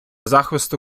захисту